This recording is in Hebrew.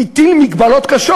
התאים מגבלות קשות